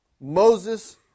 Moses